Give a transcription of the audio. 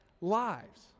lives